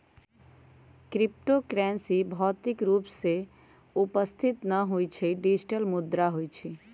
crypto currency भौतिक रूप में उपस्थित न होइ छइ इ डिजिटल मुद्रा होइ छइ